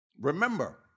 Remember